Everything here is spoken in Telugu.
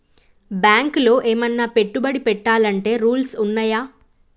బ్యాంకులో ఏమన్నా పెట్టుబడి పెట్టాలంటే రూల్స్ ఉన్నయా?